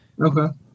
Okay